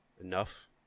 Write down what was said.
Enough